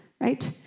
right